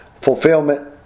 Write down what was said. fulfillment